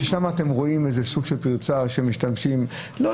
ששם אתם רואים איזה סוג של פרצה שמשתמשים בה.